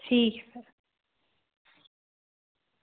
ठीक